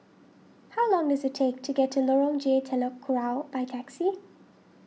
how long does it take to get to Lorong J Telok Kurau by taxi